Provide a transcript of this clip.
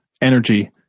energy